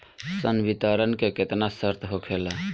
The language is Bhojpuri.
संवितरण के केतना शर्त होखेला?